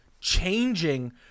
changing